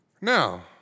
Now